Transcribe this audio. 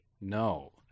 No